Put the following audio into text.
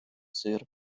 сир